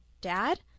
dad